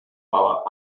our